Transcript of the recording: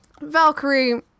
Valkyrie